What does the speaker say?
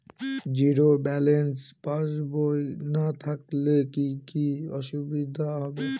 Zero balance পাসবই না থাকলে কি কী অসুবিধা হবে?